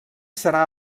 serà